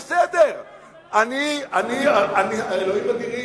בסדר, הוא אפילו שקר.